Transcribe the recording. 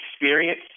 experience